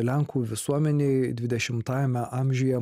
lenkų visuomenei dvidešimtajame amžiuje